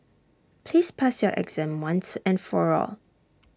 please pass your exam once and for all